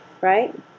right